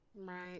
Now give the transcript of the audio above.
Right